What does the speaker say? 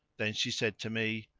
then she said to me,